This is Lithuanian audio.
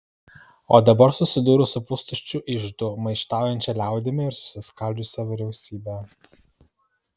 o dabar susidūriau su pustuščiu iždu maištaujančia liaudimi ir susiskaldžiusia vyriausybe